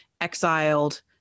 exiled